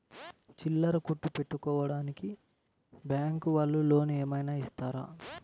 చిల్లర కొట్టు పెట్టుకోడానికి బ్యాంకు వాళ్ళు లోన్ ఏమైనా ఇస్తారా?